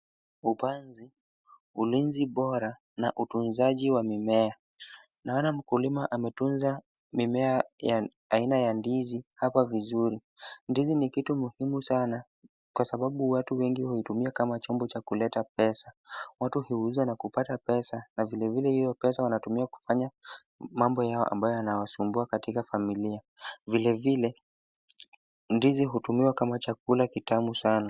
Upanzi, ulinzi bora na utunzaji wa mimea. Naona mkulima ametunza mimea ya aina ya ndizi hapa vizuri. Ndizi ni kitu muhimu sana, kwa sababu watu wengi huitumia kama chombo cha kuleta pesa. Watu huiuza na kupata pesa na vilevile hiyo pesa wanatumia kufanya mambo yao ambayo yanawasumbua katika familia. Vilevile, ndizi hutumiwa kama chakula kitamu sana.